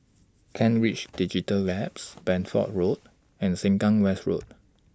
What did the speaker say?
Kent Ridge Digital Labs Bedford Road and Sengkang West Road